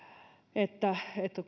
että että